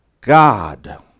God